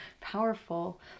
powerful